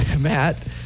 Matt